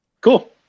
Cool